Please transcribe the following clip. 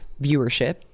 viewership